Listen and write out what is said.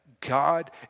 God